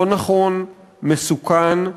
לא נכון, מסוכן,